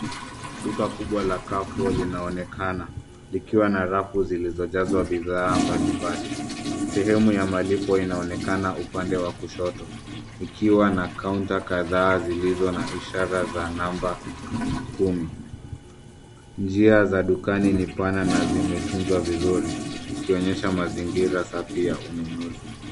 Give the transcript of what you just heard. Duka kubwa la Carrefour linaonekana likiwa na rafu zilizojazwa bidhaa mbalimbali. Sehemu ya malipo inaonekana upande wa kushoto ikiwa na kaunta kadhaa zilizo na ishara za namba kumi. Njia za dukani ni pana na zimetunzwa vizuri zikionyesha mazingira safi ya ununuzi.